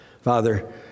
Father